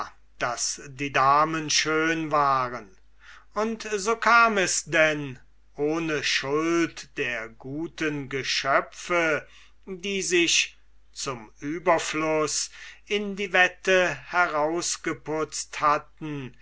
daß die damen schön waren und so kam es denn ohne schuld der guten geschöpfe die sich zum überfluß in die wette herausgeputzt hatten